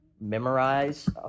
memorize